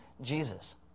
Jesus